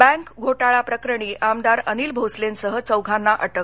bank घोटाळा प्रकरणी आमदार अनिल भोसलेंसह चौघांना अटक